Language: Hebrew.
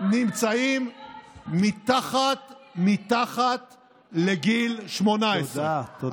נמצאים מתחת לגיל 18. תודה, תודה.